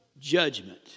judgment